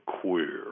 queer